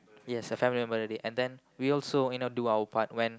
yes a family member already and then we also do our part when